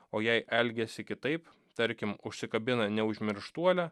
o jei elgiasi kitaip tarkim užsikabina neužmirštuolę